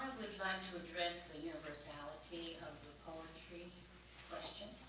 to address the universality of the poetry question.